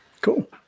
Cool